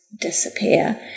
disappear